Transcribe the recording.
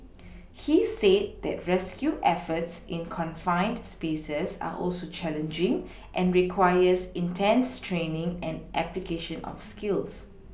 he said that rescue efforts in confined spaces are also challenging and requires intense training and application of skills